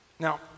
Now